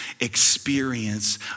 experience